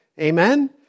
Amen